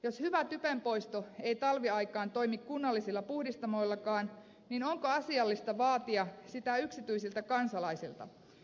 jos hyvä typenpoisto ei talviaikaan toimi kunnallisilla puhdistamoillakaan niin onko asiallista vaatia sitä yksityisiltä kansalaisilta